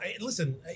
listen